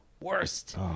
worst